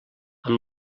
amb